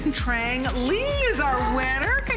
and trang le is our winner.